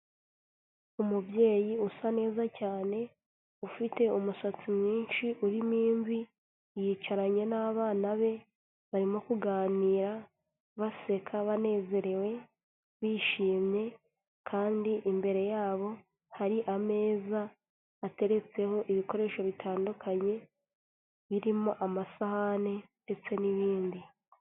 Umubyeyi usa neza cyane, ufite umusatsi mwinshi urimo imvi, yicaranye n'abana be, barimo kuganira, baseka banezerewe, bishimye kandi imbere yabo hari ameza ateretseho ibikoresho bitandukanye birimo amasahani ndetse n'ibindi.